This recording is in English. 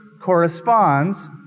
corresponds